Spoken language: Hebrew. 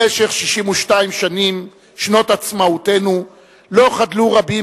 במשך 63 שנים שנות עצמאותנו לא חדלו רבים